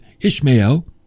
Ishmael